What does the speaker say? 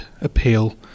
appeal